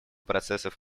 процессов